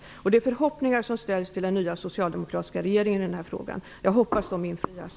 Jag hoppas att de förhoppningar som ställs till den nya, socialdemokratiska regeringen i denna fråga infrias.